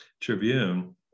tribune